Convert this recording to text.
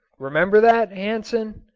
remember that, hansen?